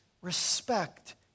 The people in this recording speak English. respect